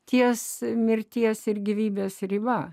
ties mirties ir gyvybės riba